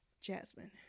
jasmine